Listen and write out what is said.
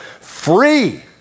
Free